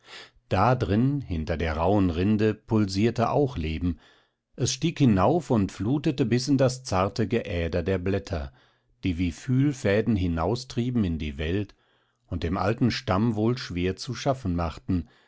da drin hinter der rauhen rinde pulsierte auch leben es stieg hinauf und flutete bis in das zarte geäder der blätter die wie fühlfäden hinaustrieben in die welt und dem alten stamm wohl schwer zu schaffen machten